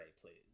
please